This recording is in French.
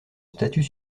statut